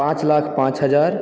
पाँच लाख पाँच हजार